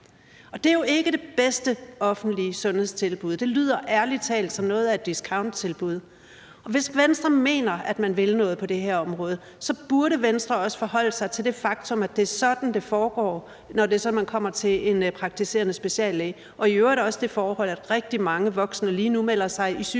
det er jo ikke det bedste offentlige sundhedstilbud. Det lyder ærlig talt som noget af et discounttilbud. Hvis Venstre mener, at man vil noget på det her område, så burde Venstre også forholde sig til det faktum, at det er sådan, det foregår, når man kommer til en praktiserende speciallæge; og i øvrigt burde man også forholde sig til det forhold, at rigtig mange voksne lige nu melder sig ind i sygesikringens